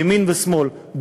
ימין ושמאל,